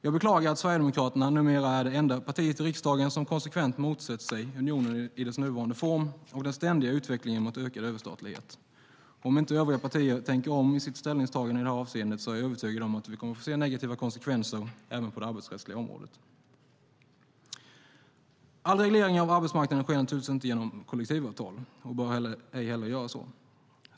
Jag beklagar att Sverigedemokraterna numera är det enda parti i riksdagen som konsekvent motsätter sig unionen i dess nuvarande form och den ständiga utvecklingen mot ökad överstatlighet. Om inte övriga partier tänker om i sitt ställningstagande i det här avseendet är jag övertygad om att vi kommer att få se negativa konsekvenser även på det arbetsrättsliga området. All reglering av arbetsmarknaden sker naturligtvis inte genom kollektivavtal och bör ej heller göra så.